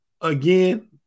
Again